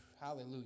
Hallelujah